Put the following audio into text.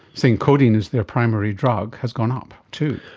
saying codeine is their primary drug has gone up too.